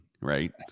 right